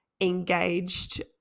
engaged